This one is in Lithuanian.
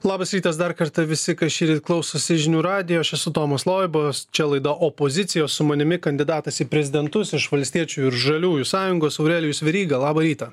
labas rytas dar kartą visi kas šįryt klausosi žinių radijo aš esu tomas loiba čia laidoje opozicija su manimi kandidatas į prezidentus iš valstiečių ir žaliųjų sąjungos aurelijus veryga labą rytą